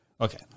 Okay